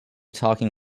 talking